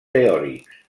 teòrics